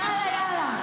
"יאללה יאללה".